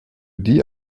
die